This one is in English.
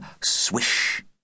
swish